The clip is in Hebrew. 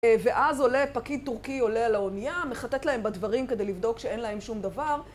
ואז עולה פקיד טורקי, עולה על האונייה, מחטט להם בדברים כדי לבדוק שאין להם שום דבר.